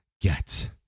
get